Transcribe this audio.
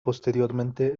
posteriormente